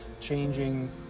changing